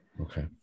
okay